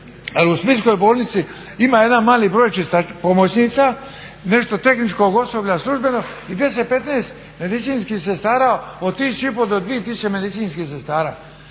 u splitskoj bolnici ima jedan mali broj čistačica, pomoćnica, nešto tehničkog osoblja službeno i 10, 15, medicinskih sestara od 1500 do 2000 medicinskih sestara.